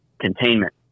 containment